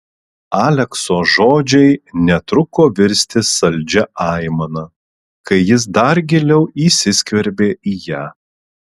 alekso žodžiai netruko virsti saldžia aimana kai jis dar giliau įsiskverbė į ją